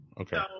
okay